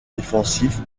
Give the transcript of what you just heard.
défensif